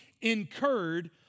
incurred